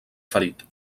ferit